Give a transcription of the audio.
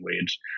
wage